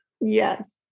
Yes